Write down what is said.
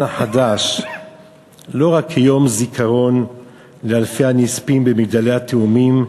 החדש לא רק כיום זיכרון לאלפי הנספים ב"מגדלי התאומים"